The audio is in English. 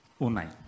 Unai